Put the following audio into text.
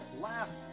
Last